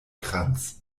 kranz